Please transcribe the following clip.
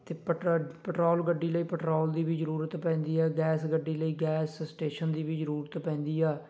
ਅਤੇ pet petrol ਗੱਡੀ ਲਈ ਪੈਟਰੋਲ ਦੀ ਵੀ ਜ਼ਰੂਰਤ ਪੈਂਦੀ ਹੈ ਗੈਸ ਗੱਡੀ ਲਈ ਗੈਸ ਸਟੇਸ਼ਨ ਦੀ ਵੀ ਜ਼ਰੂਰਤ ਪੈਂਦੀ ਆ